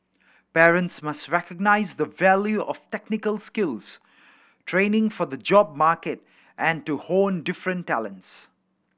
parents must recognise the value of technical skills training for the job market and to hone different talents